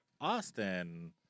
Austin